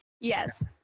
Yes